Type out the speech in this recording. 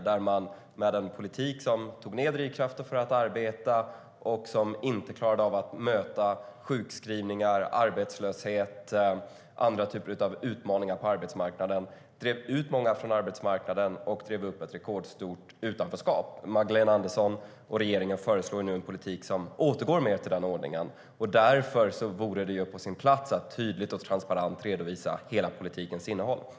Den var en politik som minskade drivkraften för att arbeta och inte klarade av att möta sjukskrivningar, arbetslöshet och andra typer av utmaningar på arbetsmarknaden. Den drev ut många från arbetsmarknaden och drev upp ett rekordstort utanförskap. Magdalena Andersson och regeringen föreslår nu en politik som återgår mer till den ordningen. Därför vore det på sin plats att tydligt och transparent redovisa hela politikens innehåll.